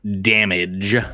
damage